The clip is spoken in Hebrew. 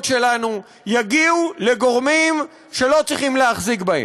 שלנו יגיעו לגורמים שלא צריכים להחזיק בהם.